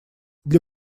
для